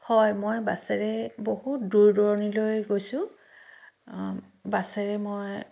হয় মই বাছেৰে বহুত দূৰ দূৰণিলৈ গৈছোঁ বাছেৰে মই